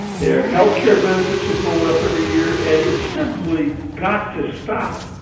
their health care benefits are going up every year, and it's simply got to stop.